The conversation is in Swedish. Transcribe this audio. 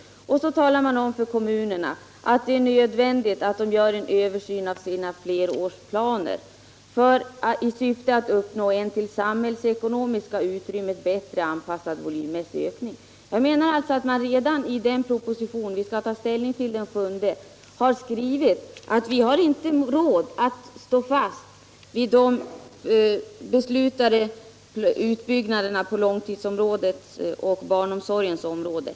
Vidare talar man om för kommunerna att det är nödvändigt att de ”gör en översyn av sina flerårsplaner i syfte att uppnå en till det samhällsekonomiska utrymmet bättre anpassad volymmässig ökningstakt”. Nr 39 Jag anser alltså att man redan i den propositionen som vi skall ta Fredagen den ställning till den 7 december har skrivit att vi inte har råd att stå fast 2 december 1977 vid de beslutade utbyggnaderna på barnomsorgens och långtidssjukvår= Is dens områden.